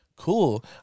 Cool